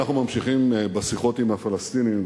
אנחנו ממשיכים בשיחות עם הפלסטינים,